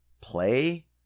play